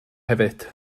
hefyd